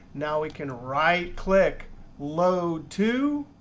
now we can right click load to,